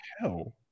Hell